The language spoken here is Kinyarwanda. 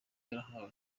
yahawe